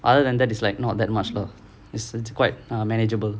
other than that it's like not that much lah it's it's quite manageable